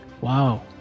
Wow